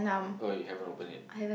oh you haven't open it